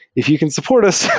if you can support us,